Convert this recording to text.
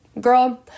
Girl